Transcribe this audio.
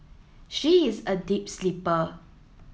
she is a deep sleeper